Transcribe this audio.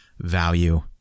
value